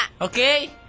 Okay